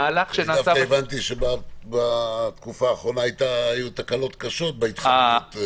דווקא הבנתי שבתקופה האחרונה היו תקלות בהתקשרות.